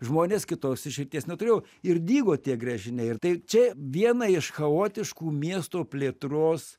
žmonės kitos išeities neturėjo ir dygo tie gręžiniai ir tai čia viena iš chaotiškų miesto plėtros